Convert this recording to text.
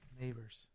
neighbors